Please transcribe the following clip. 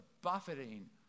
buffeting